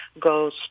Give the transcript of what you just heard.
goes